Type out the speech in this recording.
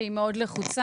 שהיא מעט לחוצה,